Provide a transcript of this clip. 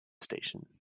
station